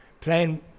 playing